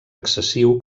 excessiu